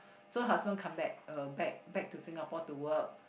so her husband come back uh back to Singapore to work